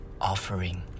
offering